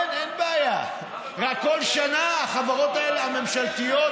כן, אין בעיה, רק כל שנה החברות האלה, הממשלתיות,